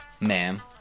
Ma'am